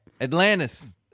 Atlantis